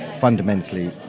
fundamentally